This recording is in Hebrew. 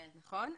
נכון,